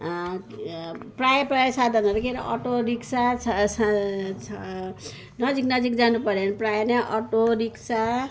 प्रायः प्रायः साधनहरू के रे अटो रिक्सा छ छ नजिक नजिक जानुपऱ्यो भने प्रायः नै अटो रिक्सा